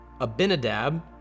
Abinadab